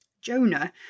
Jonah